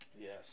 Yes